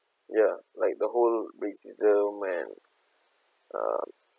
ya like the whole racism and uh